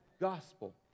gospel